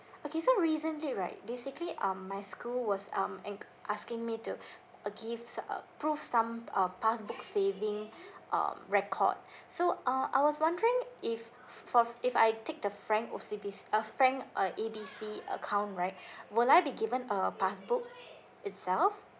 okay so recently right basically um my school was um en~ asking me to uh give uh prove some uh passbook saving um record so uh I was wondering if for if I take the frank O_C_B uh frank uh A B C account right will I be given a passbook itself